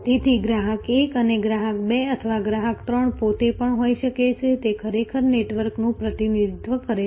તેથી ગ્રાહક 1 અથવા ગ્રાહક 2 અથવા ગ્રાહક 3 પોતે પણ હોઈ શકે છે તે ખરેખર નેટવર્કનું પ્રતિનિધિત્વ કરે છે